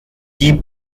die